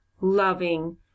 loving